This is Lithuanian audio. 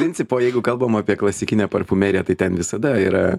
principo jeigu kalbam apie klasikinę parfumeriją tai ten visada yra